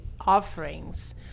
offerings